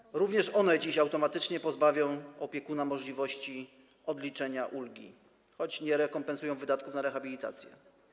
Również one dziś automatycznie pozbawiają opiekuna możliwości odliczenia ulgi, choć nie rekompensują wydatków na rehabilitację.